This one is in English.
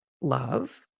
love